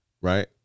right